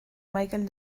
michael